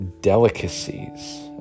delicacies